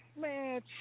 Man